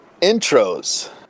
intros